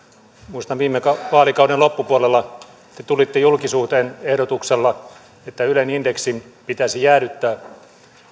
muistan että viime vaalikauden loppupuolella te tulitte julkisuuteen ehdotuksella että ylen indeksi pitäisi jäädyttää